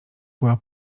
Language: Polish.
była